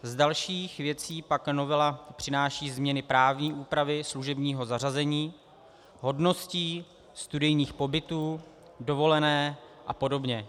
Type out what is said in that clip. Z dalších věcí pak novela přináší změny právní úpravy služebního zařazení, hodností, studijních pobytů, dovolení a podobně.